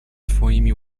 twoimi